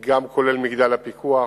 גם, כולל, מגדל הפיקוח,